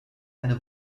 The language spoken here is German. eine